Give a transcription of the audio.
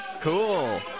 Cool